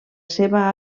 seva